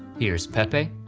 here's pepe,